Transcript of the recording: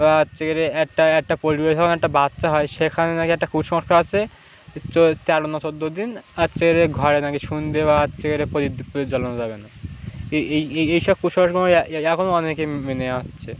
বা আজ চেকের একটা একটা পরিবেশ একটা বাচ্চা হয় সেখানে না কি একটা কুসংর্ম আসে তেরো না চোদ্দো দিন আর চাকরি ঘরে না কি শুনতে বা আজ চেকের জ্বালা যাবে না এই এই এই সব কুসংখ্য এখনও অনেকে মেনে হচ্ছে